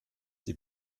die